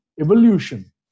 evolution